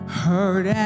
hurt